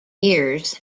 years